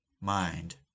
mind